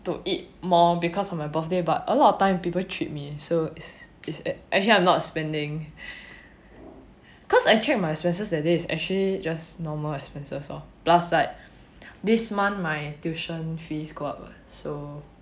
to eat more because of my birthday but a lot of time people treat me so is is actually I'm not spending cause I check my expenses that is actually just normal expenses lor plus like this month my tuition fees go up what so